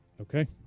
Okay